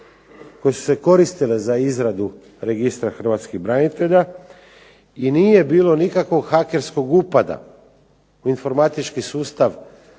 koje su se koristile za izradu Registra hrvatskih branitelja i nije bilo nikakvog hakerskog upada u informatički sustav